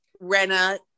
rena